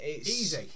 Easy